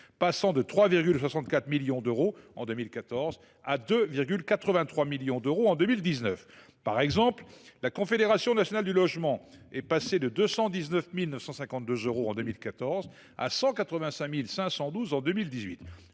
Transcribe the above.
passant de 3,64 millions d’euros en 2014 à 2,83 millions d’euros en 2019. Par exemple, la subvention à la Confédération nationale du logement est passée de 219 952 euros en 2014 à 185 512 euros en 2018.